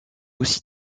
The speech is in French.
aussi